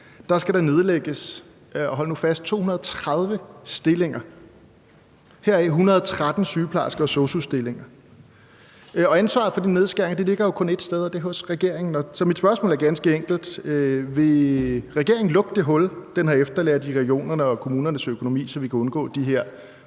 og hold nu fast – 230 stillinger, heraf 113 sygeplejerske- og sosu-stillinger. Ansvaret for de nedskæringer ligger jo kun ét sted, og det er hos regeringen, så mit spørgsmål er ganske enkelt: Vil regeringen lukke det hul, den har efterladt i regionernes og kommunernes økonomi, så vi kan undgå de her